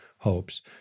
hopes